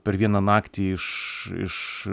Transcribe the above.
per vieną naktį iš iš